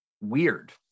Weird